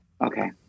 okay